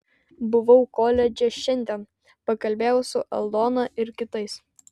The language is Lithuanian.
buvau koledže šiandien pakalbėjau su aldona ir kitais